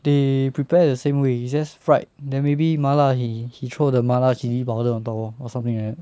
they prepare the same way is just fried then maybe 麻辣 he he throw the 麻辣 chilli powder on top lor or something like that